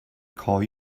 call